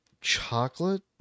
chocolate